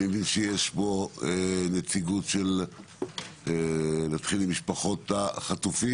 אני מבין שיש פה נציגות של משפחות החטופים.